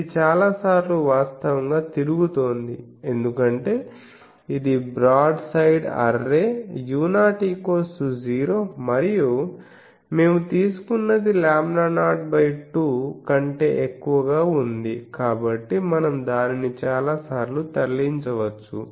ఇది చాలా సార్లు వాస్తవంగా తిరుగుతోందిఎందుకంటే ఇది బ్రాడ్ సైడ్ అర్రే u0 0 మరియు మేము తీసుకున్నది λ02 కంటే ఎక్కువగా ఉంది కాబట్టి మనం దానిని చాలాసార్లు తరలించవచ్చు